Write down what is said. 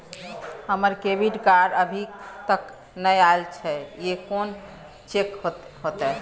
हमर debit card अभी तकल नय अयले हैं, से कोन चेक होतै?